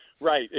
Right